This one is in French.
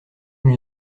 une